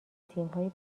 تیمهای